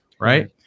right